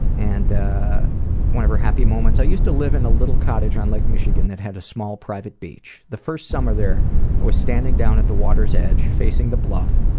and one of her happy moments, i used to live in a little cottage on lake michigan that had a small, private beach. the first summer there i was standing down at the water's edge, facing the bluff,